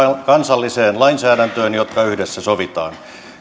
kansalliseen lainsäädäntöön ne jotka yhdessä sovitaan